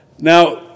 Now